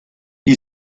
gli